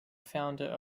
founder